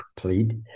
complete